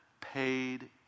paid